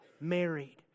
Married